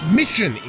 mission